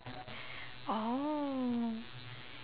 oh